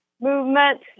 movement